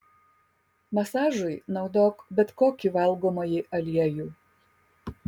masažui naudok bet kokį valgomąjį aliejų